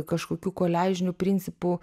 kažkokiu koliažiniu principu